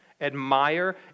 admire